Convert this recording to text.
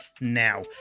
now